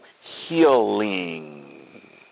healing